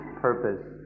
purpose